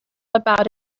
about